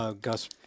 Gus